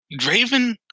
Draven